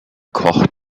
koch